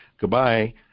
goodbye